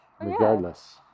regardless